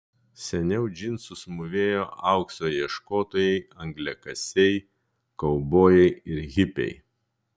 seniau džinsus mūvėjo aukso ieškotojai angliakasiai kaubojai ir hipiai